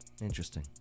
Interesting